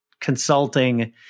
consulting